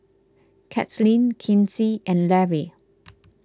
Katlyn Kinsey and Larry